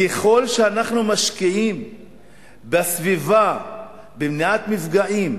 ככל שאנחנו משקיעים בסביבה במניעת מפגעים,